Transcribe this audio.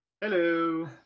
Hello